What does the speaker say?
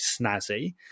snazzy